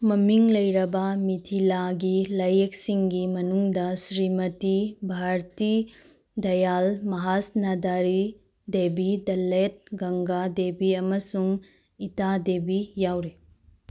ꯃꯃꯤꯡ ꯂꯩꯔꯕ ꯃꯤꯊꯤꯂꯥꯒꯤ ꯂꯥꯏꯌꯦꯛꯁꯤꯡꯒꯤ ꯃꯅꯨꯡꯗ ꯁ꯭ꯔꯤꯃꯇꯤ ꯕꯥꯔꯇꯤ ꯗꯌꯥꯜ ꯃꯍꯥꯁꯅꯥꯗꯥꯔꯤ ꯗꯦꯕꯤ ꯗ ꯂꯦꯠ ꯒꯪꯒꯥ ꯗꯦꯕꯤ ꯑꯃꯁꯨꯡ ꯏꯇꯥ ꯗꯦꯕꯤ ꯌꯥꯎꯔꯤ